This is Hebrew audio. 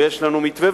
ויש לנו מתווה.